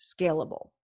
scalable